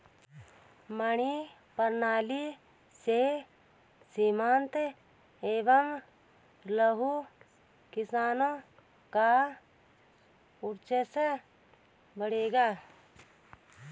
मंडी प्रणाली से सीमांत एवं लघु किसानों का वर्चस्व बढ़ेगा